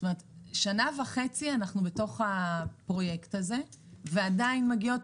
שנה וחצי אנחנו בתוך הפרויקט הזה ועדיין מגיעות